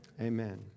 Amen